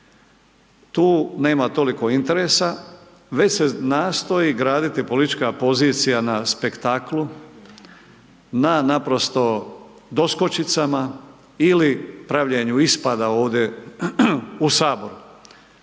tu nema toliko interesa već se nastoji graditi politička pozicija na spektaklu, na naprosto doskočicama ili pravljenju ispada ovdje u saboru.